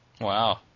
Wow